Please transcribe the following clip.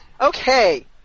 Okay